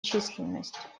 численность